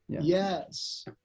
Yes